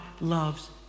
loves